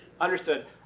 Understood